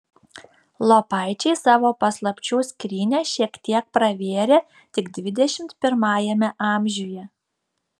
lopaičiai savo paslapčių skrynią šiek tiek pravėrė tik dvidešimt pirmajame amžiuje